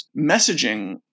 messaging